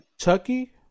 Chucky